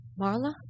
Marla